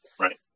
Right